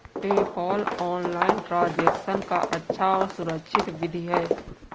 PayPal online transaction का अच्छा और सुरक्षित विधि है